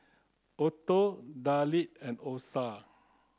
Otho Dale and Osa